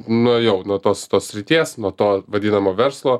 nuėjau nuo tos tos srities nuo to vadinamo verslo